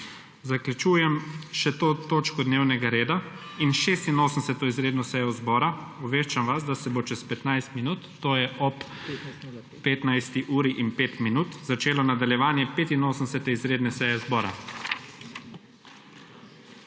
Zaključujem to točko dnevnega reda. Zaključujem tudi 86. izredno sejo Državnega zbora. Obveščam vas, da se bo čez 15 minut, to je ob 15. uri in 5 minut začelo nadaljevanje 85. izredne seje zbora.